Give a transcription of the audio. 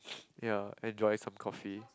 ya enjoy some coffee